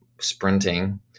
sprinting